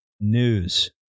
news